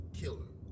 killer